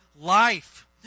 life